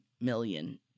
million